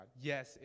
yes